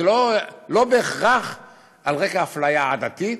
זה לא בהכרח על רקע אפליה עדתית,